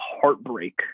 heartbreak